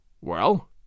Well